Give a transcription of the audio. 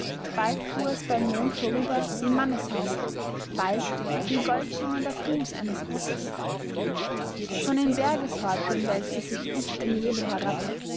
bald fuhr es beim mond vorüber wie manneshaupt bald wie goldschimmernder fuß eines rosses von den bergeshäuptern wälzte sich dichter nebel herab